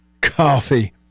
coffee